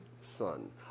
son